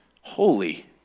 Holy